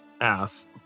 ass